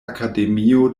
akademio